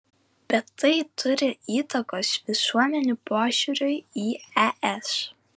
bet tai turi įtakos visuomenių požiūriui į es